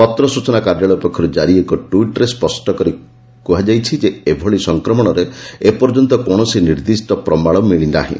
ପତ୍ରସ୍ଚନା କାର୍ଯ୍ୟାଳୟ ପକ୍ଷର୍ ଜାରି ଏକ ଟିଟ୍ରେ ସ୍ୱଷ୍ କରାଯାଇଛି ଯେ ଏଭଳି ସଂକ୍ରମଣର ଏପର୍ଯ୍ୟନ୍ତ କୌଣସି ନିର୍ଦ୍ଦିଷ୍ ପ୍ରମାଣ ମିଳି ନାହିଁ